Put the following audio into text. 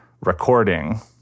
recording